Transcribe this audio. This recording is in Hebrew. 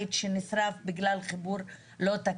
אחזקת נשק עונשי מינימום שגם חשוב לכולנו,